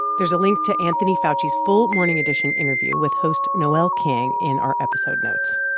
there's a link to anthony fauci's full morning edition interview with host noel king in our episode notes.